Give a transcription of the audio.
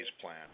plan